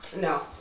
No